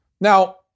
Now